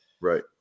right